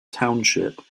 township